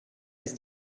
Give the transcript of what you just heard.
his